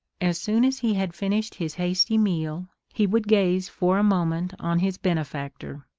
as soon as he had finished his hasty meal, he would gaze for a moment on his benefactor.